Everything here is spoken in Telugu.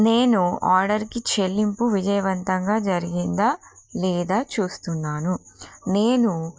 నేను ఆర్డర్కి చెల్లింపు విజయవంతంగా జరిగిందా లేదా చూస్తున్నాను నేను